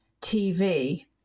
TV